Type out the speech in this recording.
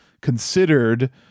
considered